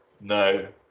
No